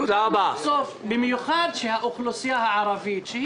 במיוחד שהאוכלוסייה הערבית,